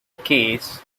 case